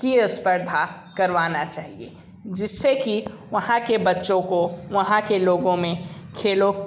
की स्पर्धा करवाना चाहिए जिस से कि वहाँ के बच्चों को वहाँ के लोगों में खेलों